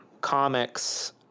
comics